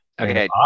Okay